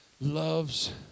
loves